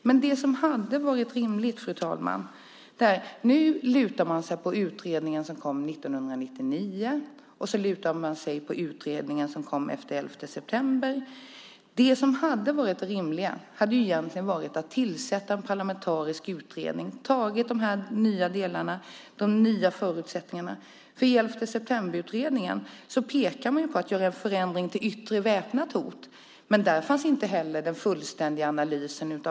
Men nu lutar man sig på utredningen som kom 1999 och på utredningen som kom efter 11 september. Det rimliga hade egentligen varit att tillsätta en parlamentarisk utredning och att ta med de nya förutsättningarna. I 11 september-utredningen pekar man på att göra en förändring till yttre väpnat hot, men där fanns inte heller någon fullständig analys.